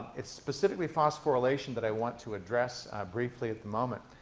it's specifically phosphorylation that i want to address briefly at the moment.